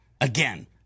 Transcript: Again